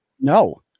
No